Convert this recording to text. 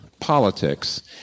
politics